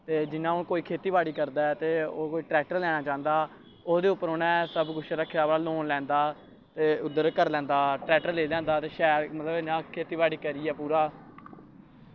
ते जियां हून कोई खेतीबाड़ी करदा ऐ ते ओह् कोई ट्रैक्टर लैना चांह्दा ओह्दे उप्पर उ'नें सबकुछ रक्खे दा पर लोन लैंदा ते उद्धर करी लैंदा ट्रैक्टर लेई लैंदा ते शैल मतलब इ'यां खेतीबाड़ी करियै पूरा